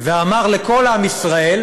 ואמר לכל עם ישראל: